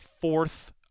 fourth